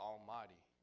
Almighty